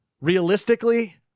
Realistically